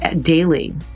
daily